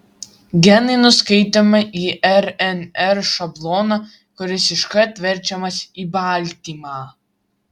genai nuskaitomi į rnr šabloną kuris iškart verčiamas į baltymą